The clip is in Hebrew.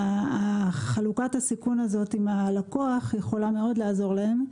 חלוקת הסיכון עם הלקוח יכולה לעזור להם מאוד,